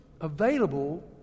available